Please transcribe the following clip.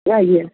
ଆଜ୍ଞା